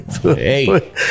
Hey